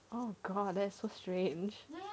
oh god that's so strange